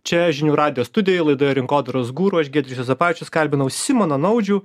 čia žinių radijo studijoj laidoje rinkodaros guru aš giedrius juozapavičius kalbinau simoną naudžių